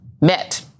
met